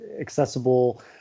accessible